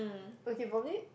okay probably